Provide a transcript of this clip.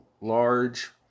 large